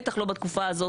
בטח לא בתקופה הזאת.